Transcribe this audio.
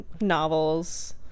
novels